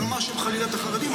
אני לא מאשים, חלילה, את החרדים.